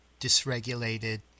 dysregulated